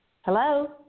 Hello